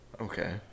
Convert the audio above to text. Okay